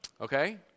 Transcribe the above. Okay